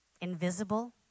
invisible